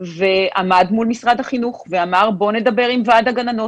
עמד מול משרד החינוך ואמר: בואו ונדבר עם ועד הגננות.